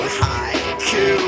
haiku